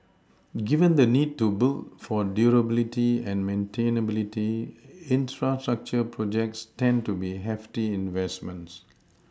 given the need to build for durability and maintainability infrastructure projects tend to be hefty investments